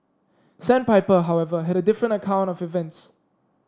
sandpiper however had a different account of events